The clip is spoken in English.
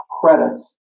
credits